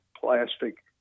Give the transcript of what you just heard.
plastic